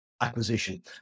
acquisition